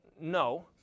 no